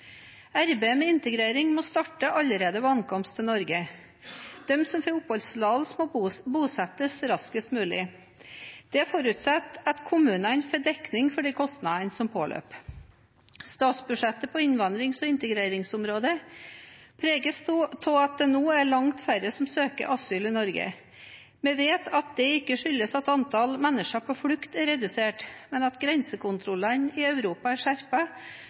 Arbeidet med integrering må starte allerede ved ankomst til Norge. De som får oppholdstillatelse, må bosettes raskest mulig. Det forutsetter at kommunene får dekning for de kostnadene som påløper. Statsbudsjettet på innvandrings- og integreringsområdet preges av at det nå er langt færre som søker asyl i Norge. Vi vet at det ikke skyldes at antallet mennesker på flukt er redusert, men at grensekontrollene i Europa er